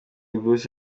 bruce